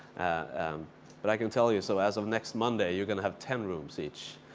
um but i can tell you so as of next monday, you're going to have ten rooms each